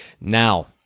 Now